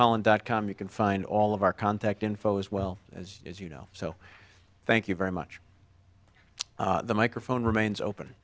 holland dot com you can find all of our contact info as well as you know so thank you very much the microphone remains open